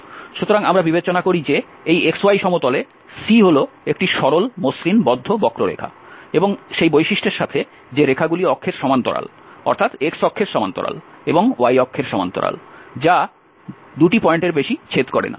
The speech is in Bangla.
সুতরাং আমরা বিবেচনা করি যে এই xy সমতলে C হল একটি সরল মসৃণ বদ্ধ বক্ররেখা এবং সেই বৈশিষ্ট্যের সাথে যে রেখাগুলি অক্ষের সমান্তরাল অর্থাৎ x অক্ষের সমান্তরাল এবং y অক্ষের সমান্তরাল যা 2 পয়েন্টের বেশি ছেদ করে না